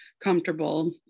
comfortable